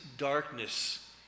darkness